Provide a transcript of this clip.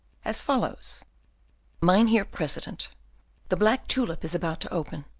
as follows mynheer president the black tulip is about to open,